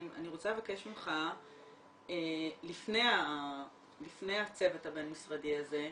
אני רוצה לבקש ממך לפני הצוות הבין משרדי הזה,